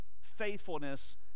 faithfulness